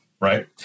Right